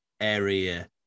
area